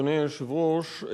אדוני היושב-ראש,